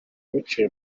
biciye